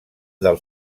del